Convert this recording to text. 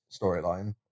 storyline